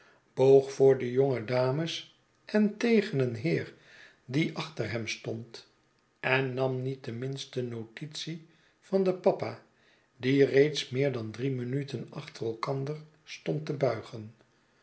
boog voor de jonge dames en teg en een heer die achter hem stond en nam niet de minste notitie van den papa die reeds meer dan drie minuten achter elkander stond te buigen